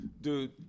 Dude